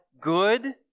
good